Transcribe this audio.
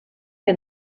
que